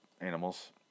Animals